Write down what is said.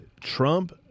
Trump